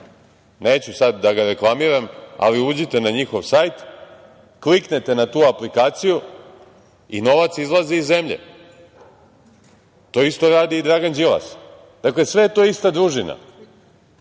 neću sad da ga reklamiram, ali uđite na njihov sajt, kliknete na tu aplikaciju i novac izlazi iz zemlje. To isto radi i Dragan Đilas. Dakle, sve je to ista družina.